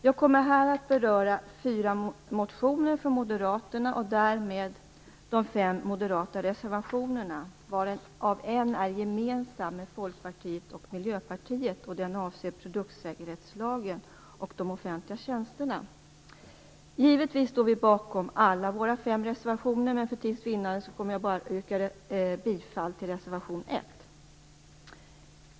Jag kommer här att beröra fyra motioner från Moderaterna och därmed de fem moderata reservationerna - en är gemensam med Folkpartiet och Miljöpartiet. Den avser produktsäkerhetslagen och de offentliga tjänsterna. Givetvis står vi bakom alla våra fem reservationer, men för tids vinnande kommer jag bara att yrka bifall till reservation 1.